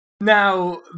Now